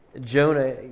Jonah